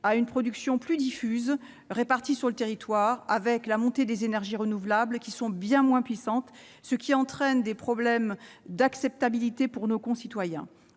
à une production plus diffuse, répartie sur le territoire et accompagnée de la montée des énergies renouvelables, qui sont bien moins puissantes, ce qui entraîne des problèmes d'acceptabilité par nos concitoyens.